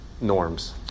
norms